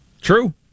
True